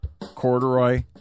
corduroy